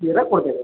ଯିଏ ହେଲେ କରଦେବେ